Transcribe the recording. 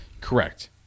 Correct